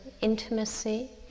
intimacy